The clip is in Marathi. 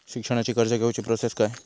शिक्षणाची कर्ज घेऊची प्रोसेस काय असा?